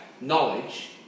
knowledge